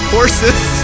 Horses